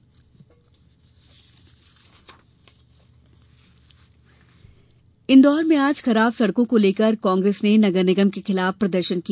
कांग्रेस प्रदर्शन इंदौर में आज खराब सड़कों को लेकर कांग्रेस ने नगर निगम के खिलाफ प्रदर्शन किया